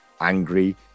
angry